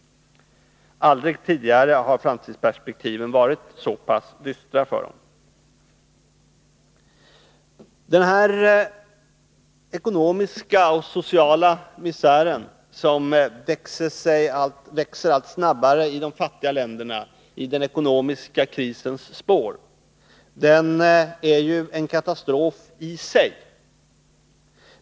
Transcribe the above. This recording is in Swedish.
Aldrig tidigare har framtidsperspektiven varit så pass dystra för ungdomen. Den ekonomiska och sociala misären, som växer allt snabbare i de fattiga länderna i den ekonomiska krisens spår, är ju en katastrof i sig.